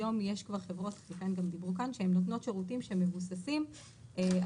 היום יש כבר חברות שהן נותנות שירותים שמבוססים על